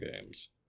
games